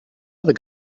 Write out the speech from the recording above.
other